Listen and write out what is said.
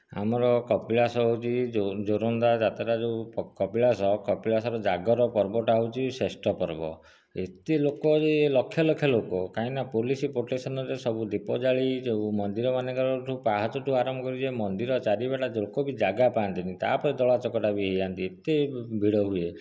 ଆମର କପିଳାସ ହେଉଛି ଯୋରନ୍ଦା ଯାତ୍ରା ଯେଉଁ କପିଳାସ କପିଳାସର ଜାଗର ପର୍ବଟା ହେଉଛି ଶ୍ରେଷ୍ଠ ପର୍ବ ଏତେ ଲୋକ ଯେ ଲକ୍ଷ ଲକ୍ଷ ଲୋକ କାହିଁକି ନା ପୋଲିସ ପ୍ରୋଟେକ୍ସନରେ ସବୁ ଦୀପ ଜାଳି ଯେଉଁ ମନ୍ଦିର ମାନଙ୍କରେ ଯେଉଁ ପାହାଚଠୁ ଆରମ୍ଭ କରି ଯେଉଁ ମନ୍ଦିର ଚାରିଆଡ଼ ଲୋକ ବି ଜାଗା ପାଆନ୍ତିନି ତା'ପରେ ଦଳା ଚକଟା ବି ହେଇଯାନ୍ତି ଏତେ ଭିଡ଼ ହୁଏ